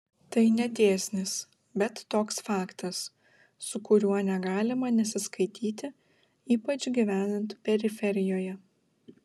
tai ne dėsnis bet toks faktas su kuriuo negalima nesiskaityti ypač gyvenant periferijoje